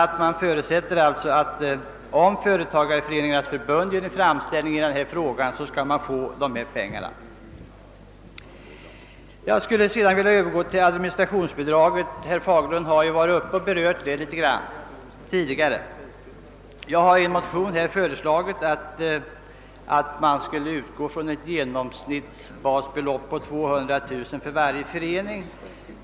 Nu förutsätter utskottet alltså att om företagareföreningarnas förbund gör en framställning om bidrag i detta avseende, så skall förbundet få de begärda pengarna. Herr Fagerlund har tidigare berört administrationsbidraget. Jag har i motion föreslagit att man skulle utgå från ett genomsnittligt basbelopp på 200 000 kronor för varje förening.